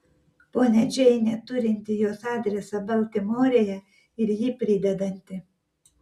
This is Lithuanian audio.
ponia džeinė turinti jos adresą baltimorėje ir jį pridedanti